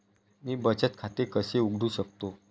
मी बचत खाते कसे उघडू शकतो?